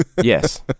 Yes